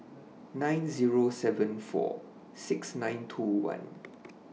nine Zero seven four six nine two one